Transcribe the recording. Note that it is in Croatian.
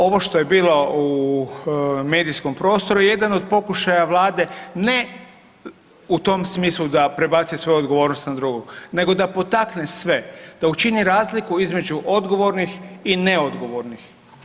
Ovo što je bilo u medijskom prostoru je jedan od pokušaja vlade ne u tom smislu da prebaci svoju odgovornost na drugog nego da potakne sve, da učini razliku između odgovornih i neodgovornih.